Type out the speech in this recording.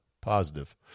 positive